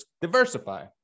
diversify